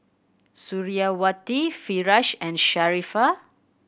Suriawati Firash and Sharifah